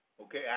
Okay